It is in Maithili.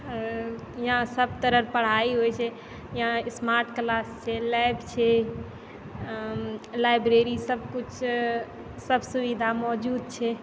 यहाँ सब तरहक पढ़ाई होइ छै यहाँ स्मार्ट क्लास छै लैब छै लाइब्रेरी सब सुविधा मौजूद छै